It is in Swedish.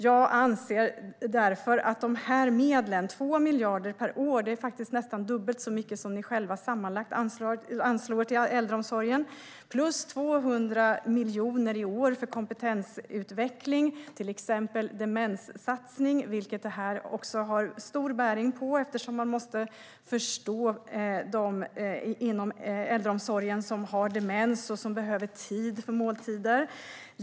Vi anslår alltså 2 miljarder per år, faktiskt nästan dubbelt så mycket som ni själva sammanlagt anslår till äldreomsorgen, plus 200 miljoner i år för kompetensutveckling, till exempel demenssatsning, vilket det här också har stor bäring på eftersom man måste förstå dem i äldreomsorgen som har demens och som behöver tid för måltider.